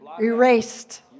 erased